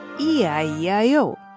E-I-E-I-O